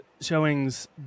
showings